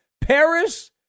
Paris